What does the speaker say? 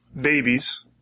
babies